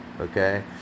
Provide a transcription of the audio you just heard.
okay